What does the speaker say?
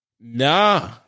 nah